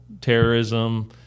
terrorism